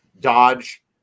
dodge